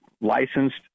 licensed